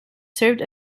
served